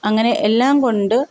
അങ്ങനെ എല്ലാം കൊണ്ട്